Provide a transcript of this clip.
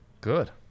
Good